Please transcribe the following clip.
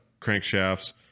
crankshafts